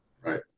Right